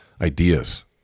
ideas